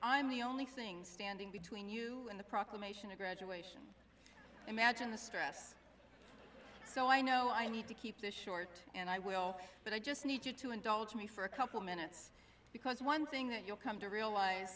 i'm the only thing standing between you and the proclamation of graduation imagine the stress so i know i need to keep this short and i will but i just need you to indulge me for a couple minutes because one thing you'll come to realize